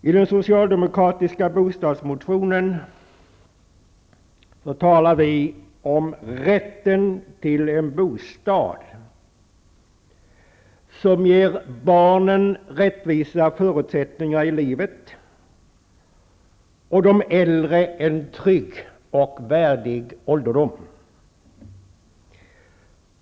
I den socialdemokratiska bostadsmotionen talas det om rätten till en bostad som ger barn rättvisa förutsättningar i livet och de äldre en trygg och värdig ålderdom.